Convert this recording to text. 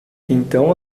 então